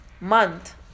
month